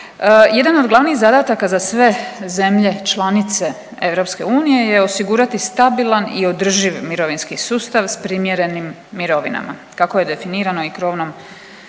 Jedan od glavnih zadataka za sve zemlje članice EU je osigurati stabilan i održiv mirovinski sustav s primjerenim mirovinama, kako je definirano i krovnom, u